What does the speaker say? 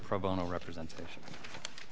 pro bono represent